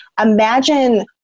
imagine